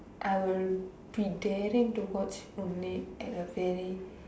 I will be daring to watch only at the very